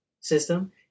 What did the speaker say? system